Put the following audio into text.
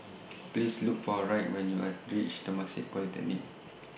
Please Look For Wright when YOU Are REACH Temasek Polytechnic